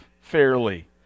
fairly